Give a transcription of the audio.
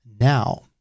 now